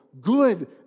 good